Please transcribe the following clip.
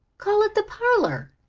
call it the parlor,